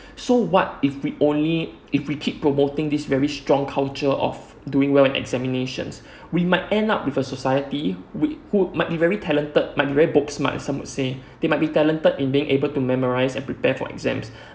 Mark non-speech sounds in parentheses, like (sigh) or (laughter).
so what if we only if we keep promoting this very strong culture of doing well in examinations (breath) we might end up with a society with who might very talented might be very books smart as some would say they might be talented in being able to memorize and prepare for exams (breath)